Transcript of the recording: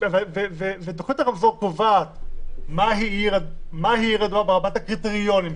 תוכנית הרמזור קובעת מהי עיר אדומה בארבעת הקריטריונים שלה.